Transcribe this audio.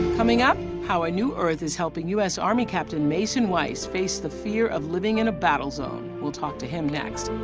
coming up, how a new earth is helping us army captain mason weiss face the fear of living in a battle zone. we'll talk to him next.